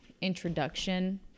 introduction